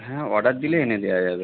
হ্যাঁ অর্ডার দিলে এনে দেয়া যাবে